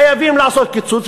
חייבים לעשות קיצוץ,